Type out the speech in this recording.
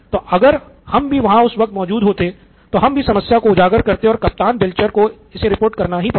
तो अगर हम भी वहाँ उस वक़्त मौजूद होते तो हम भी समस्या को उजागर करते और कप्तान बेल्चर को इसे रिपोर्ट करना ही पड़ता